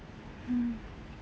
mm